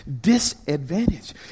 disadvantage